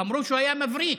אמרו שהוא היה מבריק.